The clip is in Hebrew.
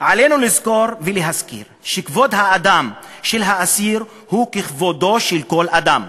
"עלינו לזכור ולהזכיר שכבוד האדם של האסיר הוא ככבודו של כל אדם.